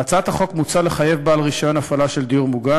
בהצעת החוק מוצע לחייב בעל רישיון הפעלה של דיור מוגן